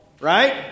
right